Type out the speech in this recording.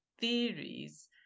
theories